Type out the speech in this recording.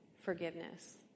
forgiveness